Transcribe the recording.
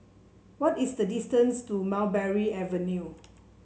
what is the distance to Mulberry Avenue